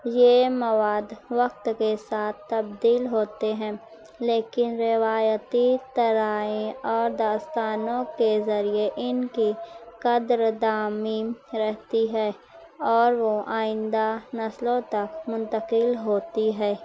یہ مواد وقت کے ساتھ تبدیل ہوتے ہیں لیکن روایتی ترائیں اور داستانوں کے ذریعے ان کی قدردامی رہتی ہے اور وہ آئندہ نسلوں تک منتقل ہوتی ہے